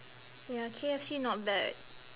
ya kfc not bad